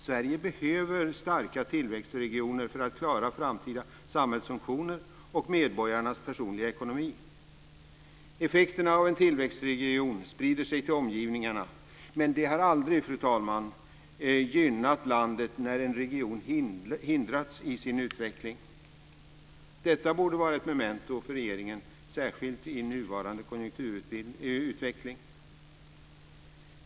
Sverige behöver starka tillväxtregioner för att klara framtida samhällsfunktioner och medborgarnas personliga ekonomi. Effekterna av en tillväxtregion sprider sig till omgivningarna, men det har aldrig, fru talman, gynnat landet när en region har hindrats i sin utveckling. Detta borde vara ett memento för regeringen, särskilt i nuvarande konjunkturutveckling.